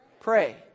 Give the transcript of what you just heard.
Pray